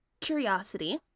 curiosity